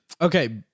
Okay